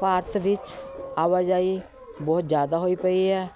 ਭਾਰਤ ਵਿੱਚ ਆਵਾਜਾਈ ਬਹੁਤ ਜ਼ਿਆਦਾ ਹੋਈ ਪਈ ਹੈ